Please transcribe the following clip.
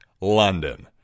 London